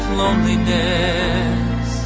loneliness